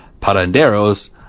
paranderos